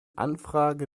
anfrage